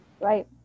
Right